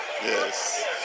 Yes